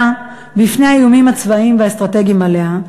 בפני האיומים הצבאיים והאסטרטגיים עליה,